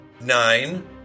nine